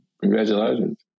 Congratulations